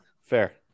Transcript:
Fair